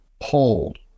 hold